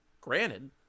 granted